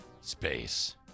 Space